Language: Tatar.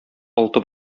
алты